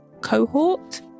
cohort